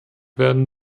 werden